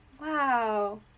Wow